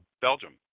Belgium